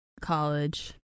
college